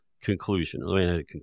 conclusion